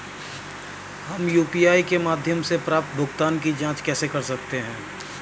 हम यू.पी.आई के माध्यम से प्राप्त भुगतान की जॉंच कैसे कर सकते हैं?